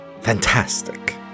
fantastic